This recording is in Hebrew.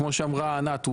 כמו שאמרה ענת,